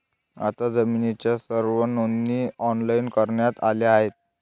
आता जमिनीच्या सर्व नोंदी ऑनलाइन करण्यात आल्या आहेत